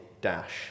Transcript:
dash